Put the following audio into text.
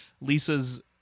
lisa's